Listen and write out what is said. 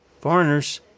Foreigners